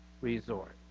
resort